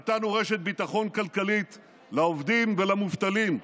נתנו רשת ביטחון כלכלית לעובדים ולמובטלים,